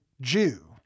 Jew